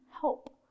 help